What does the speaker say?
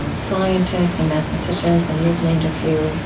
scientists and mathematicians, and you've named a few,